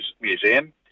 Museum